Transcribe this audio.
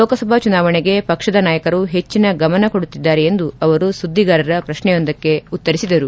ಲೋಕಸಭಾ ಚುನಾವಣೆಗೆ ಪಕ್ಷದ ನಾಯಕರು ಹೆಚ್ಚಿನ ಗಮನ ಕೊಡುತ್ತಿದ್ದಾರೆ ಎಂದು ಅವರು ಸುದ್ದಿಗಾರರ ಪ್ರಶ್ನೆಯೊಂದಕ್ಕೆ ಉತ್ತರಿಸಿದರು